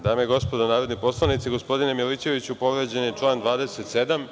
Dame i gospodo narodni poslanici, gospodine Miličeviću povređen je član 27.